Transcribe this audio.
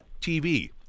TV